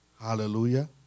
Hallelujah